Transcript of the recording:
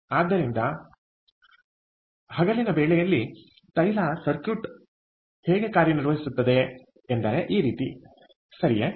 ಆದ್ದರಿಂದ ಹಗಲಿನ ವೇಳೆಯಲ್ಲಿ ತೈಲ ಸರ್ಕ್ಯೂಟ್ ಹೇಗೆ ಕಾರ್ಯನಿರ್ವಹಿಸುತ್ತದೆ ಎಂದರೆ ಈ ರೀತಿ ಸರಿಯೇ